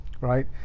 right